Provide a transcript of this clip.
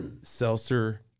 seltzer